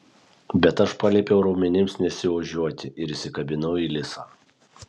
bet aš paliepiau raumenims nesiožiuoti ir įsikabinau į lisą